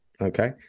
Okay